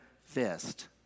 fist